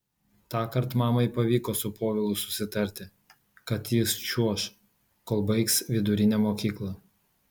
tąkart mamai pavyko su povilu susitarti kad jis čiuoš kol baigs vidurinę mokyklą